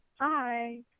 Hi